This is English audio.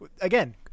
Again